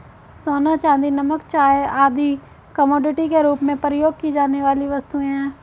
सोना, चांदी, नमक, चाय आदि कमोडिटी के रूप में प्रयोग की जाने वाली वस्तुएँ हैं